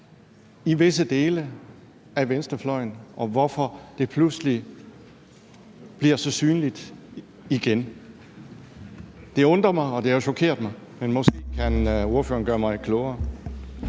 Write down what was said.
i visse dele af venstrefløjen, og hvorfor det pludselig bliver så synligt igen? Det undrer mig, og det har chokeret mig, men måske kan ordføreren gøre mig klogere.